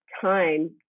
time